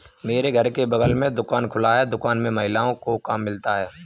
मेरे घर के बगल में दुकान खुला है दुकान में महिलाओं को काम मिलता है